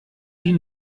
die